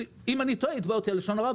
אני טועה הוא יתבע אותי על לשון הרע,